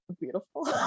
beautiful